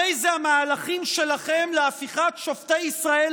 הרי זה המהלכים שלכם להפיכת שופטי ישראל